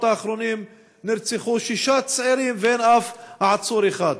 האחרונים נרצחו שישה צעירים ואין אף עצור אחד.